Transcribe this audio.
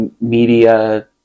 media